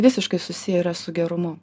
visiškai susiję yra su gerumu